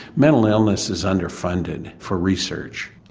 mental illness is underfunded for research.